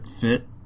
fit